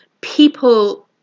people